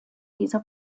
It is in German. dieser